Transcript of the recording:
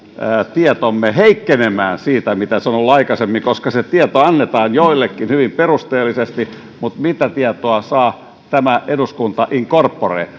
tietomme heikkenemään siitä mitä se on ollut aikaisemmin se tieto annetaan joillekin hyvin perusteellisesti mutta mitä tietoa saa tämä eduskunta in corpore